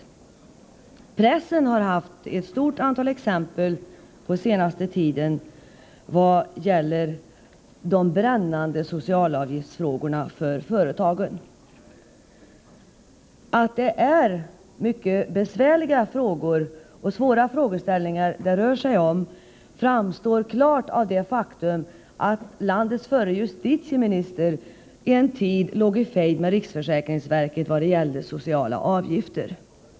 I pressen har den senaste tiden funnits ett stort antal exempel när det gäller de för företagen brännande socialavgiftsfrågorna. Att det är mycket besvärliga frågor det rör sig om framgår klart av det faktum att landets förre justitieminister en tid låg i fejd med riksförsäkringsverket när det gällde sociala avgifter.